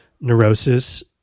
Neurosis